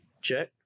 check